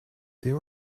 there